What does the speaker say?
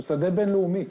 הוא שדה בין-לאומי,